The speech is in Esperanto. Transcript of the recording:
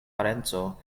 parenco